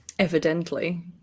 Evidently